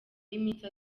y’iminsi